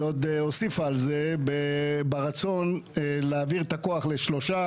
היא עוד הוסיפה על זה ברצון להעביר את הכוח לשלושה,